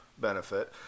benefit